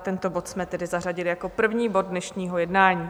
Tento bod jsme tedy zařadili jako první bod dnešního jednání.